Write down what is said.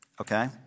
okay